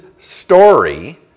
story